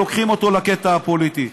לוקחים אותו לקטע הפוליטי.